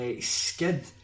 skid